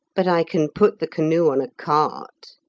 but i can put the canoe on a cart.